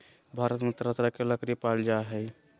भारत में तरह तरह के लकरी पाल जा हइ